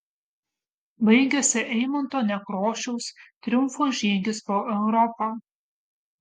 baigėsi eimunto nekrošiaus triumfo žygis po europą